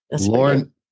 Lauren